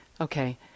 okay